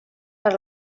per